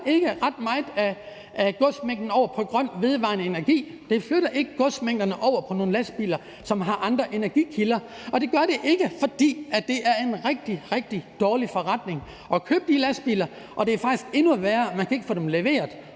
ikke ret meget af godsmængden over på grøn, vedvarende energi. Det flytter ikke godsmængderne over på nogle lastbiler, som har andre energikilder. Det gør det ikke, fordi det er en rigtig, rigtig dårlig forretning at købe de lastbiler, og det er faktisk endnu værre, for man kan ikke få dem leveret,